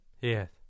Yes